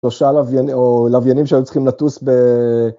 או לווינים שהיו צריכים לטוס ב...